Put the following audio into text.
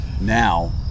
now